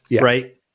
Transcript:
right